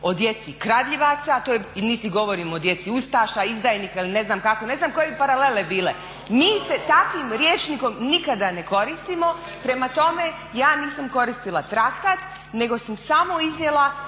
o djeci kradljivaca, niti govorimo o djeci ustaša, izdajnika ili ne znam kako, ne znam koje bi paralele bile. Mi se takvim rječnikom nikada ne koristimo, prema tome ja nisam koristila traktat, nego sam samo iznijela